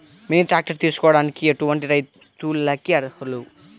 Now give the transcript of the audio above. Mini tractor తీసుకోవడానికి ఎటువంటి రైతులకి అర్హులు?